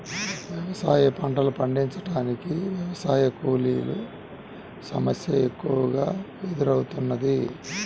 వ్యవసాయ పంటలు పండించటానికి వ్యవసాయ కూలీల సమస్య ఎక్కువగా ఎదురౌతున్నది